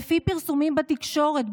לפי פרסומים בתקשורת,